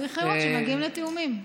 זהו, צריך לראות שמגיעים לתיאומים.